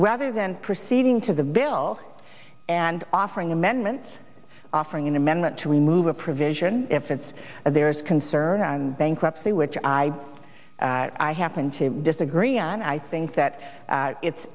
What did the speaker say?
rather than proceeding to the bill and offering amendments offering an amendment to remove a provision if it's there is concern on bankruptcy which i i happen to disagree and i think that it's